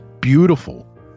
beautiful